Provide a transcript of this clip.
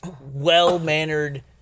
well-mannered